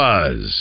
Buzz